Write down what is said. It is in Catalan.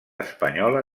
espanyola